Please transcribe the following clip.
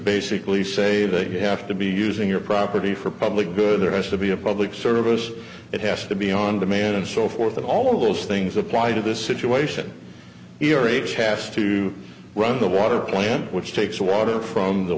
basically say they have to be using your property for public good there has to be a public service it has to be on demand and so forth and all of those things apply to this situation here a chasse to run the water plant which takes water from the